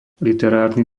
literárny